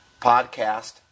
Podcast